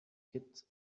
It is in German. kitts